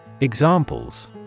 Examples